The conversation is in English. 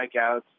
strikeouts